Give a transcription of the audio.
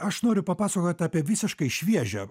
aš noriu papasakot apie visiškai šviežią